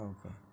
Okay